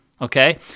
okay